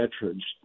veterans